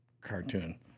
cartoon